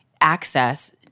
access